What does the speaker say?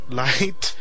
light